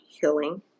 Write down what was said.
healing